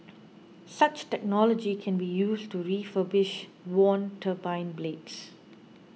such technology can be used to refurbish worn turbine blades